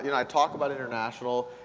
you know i talk about international,